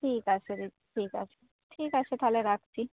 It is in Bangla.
ঠিক আছে দিদি ঠিক আছে ঠিক আছে তাহলে রাখছি